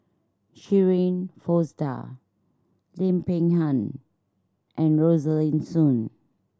Shirin Fozdar Lim Peng Han and Rosaline Soon